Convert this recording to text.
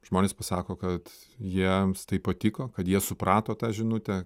žmonės pasako kad jiems tai patiko kad jie suprato tą žinutę